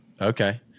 Okay